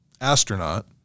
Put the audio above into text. astronaut